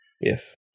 yes